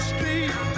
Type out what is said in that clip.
Street